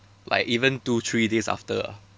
like even two three days after ah